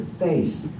face